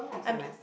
I'm